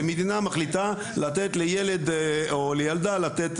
שמדינה מחליטה לתת לילד או לילדה לתת